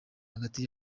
hagati